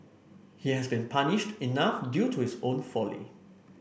he has been punished enough due to his own folly